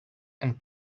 and